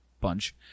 bunch